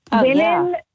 Women